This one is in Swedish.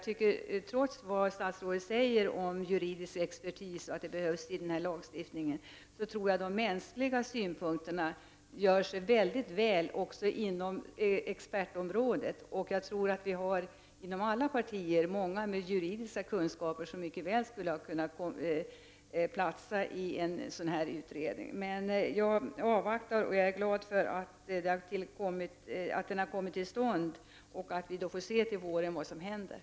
Trots vad statsrådet säger om att det behövs juridisk expertis i lagstiftningsarbetet, tror jag att de mänskliga synpunkterna gör sig mycket väl också inom expertområdet. Jag tror att vi har inom alla partier många med juridiska kunskaper som mycket väl skulle kunna platsa i en sådan utredning. Men jag avvaktar, och jag är glad över att utredningen har kommit till stånd. Vi får se till våren vad som skall hända.